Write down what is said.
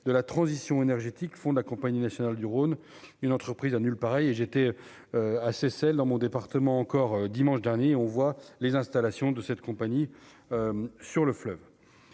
de la transition énergétique font la Compagnie nationale du Rhône, une entreprise annule pareil et j'étais assez celle dans mon département encore dimanche dernier, on voit les installations de cette compagnie sur le fleuve,